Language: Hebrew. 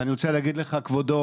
אני רוצה להגיד לך כבודו,